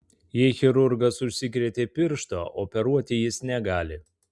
jei chirurgas užsikrėtė pirštą operuoti jis negali